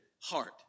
heart